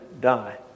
die